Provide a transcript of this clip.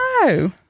no